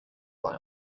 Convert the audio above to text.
lie